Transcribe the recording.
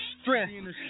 strength